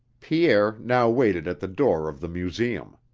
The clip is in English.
pierre now waited at the door of the museum.